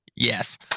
Yes